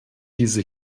diese